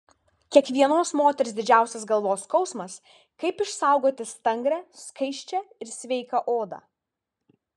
kiekvienos moters didžiausias galvos skausmas kaip išsaugoti stangrią skaisčią ir sveiką odą